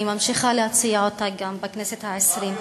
אני ממשיכה להציע אותה גם בכנסת העשרים.